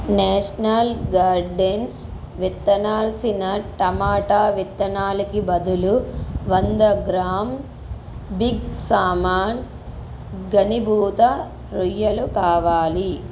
national gardens విత్తనాల్సిన tomato విత్తనాలకి బదులు వంద గ్రామ్స్ బిగ్ సామాన్స్ ఘనీభూత రొయ్యలు కావాలి